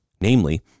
namely